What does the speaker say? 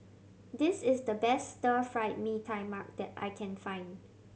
this is the best Stir Fried Mee Tai Mak that I can find